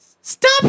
Stop